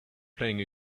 playing